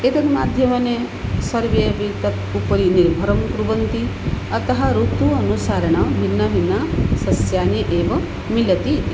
एतत् माध्यमेन सर्वे अपि तत् उपरि निर्भरं कुर्वन्ति अतः ऋतोः अनुसरणं भिन्नभिन्नसस्यानि एव मिलन्ति इति